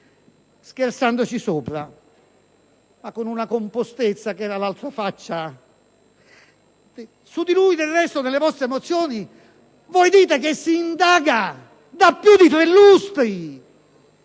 scherzandoci sopra, ma con una compostezza che era l'altra faccia della medaglia. Su di lui, del resto, nelle vostre mozioni dite che s'indaga da più di tre lustri,